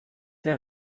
der